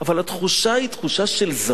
התחושה היא תחושה של זרות.